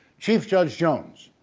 chief judge jones.